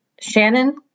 Shannon